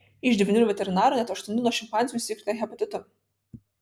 iš devynių veterinarų net aštuoni nuo šimpanzių užsikrėtė hepatitu